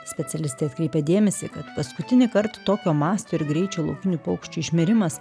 specialistė atkreipė dėmesį kad paskutinį kartą tokio masto ir greičio laukinių paukščių išmirimas